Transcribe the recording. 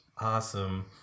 Awesome